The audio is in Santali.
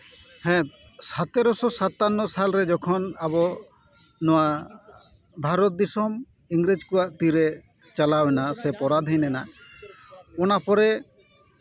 ᱦᱮᱸ ᱥᱟᱛᱮᱨᱚᱥᱳ ᱥᱟᱛᱟᱱᱱᱳ ᱥᱟᱞᱨᱮ ᱡᱚᱠᱷᱚᱱ ᱟᱵᱚ ᱱᱚᱣᱟ ᱵᱷᱟᱨᱚᱛ ᱫᱤᱥᱚᱢ ᱤᱝᱨᱮᱡᱽ ᱠᱚᱣᱟᱜ ᱛᱤᱨᱮ ᱪᱟᱞᱟᱣᱱᱟ ᱥᱮ ᱯᱚᱨᱟᱫᱷᱤᱱ ᱱᱟ ᱚᱱᱟ ᱯᱚᱨᱮ